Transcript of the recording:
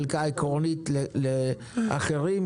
חלקה עקרונית לאחרים,